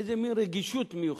איזה מין רגישות מיוחדת,